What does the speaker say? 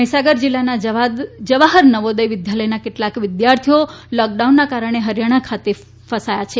મહીસાગર જીલ્લાના જવાહર નવોદય વિદ્યાલયના કેટલાક વિદ્યાર્થીઓ લોક ડાઉનના કારણે હરીયાણા ખાતે ફસાયા છે